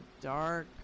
dark